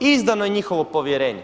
Izdano je njihovo povjerenje.